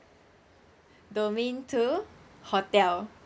domain two hotel